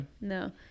No